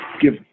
give